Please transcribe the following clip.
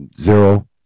zero